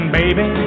baby